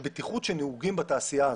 של בטיחות שנהוגה בתעשייה הזאת.